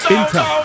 Inter